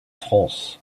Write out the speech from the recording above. france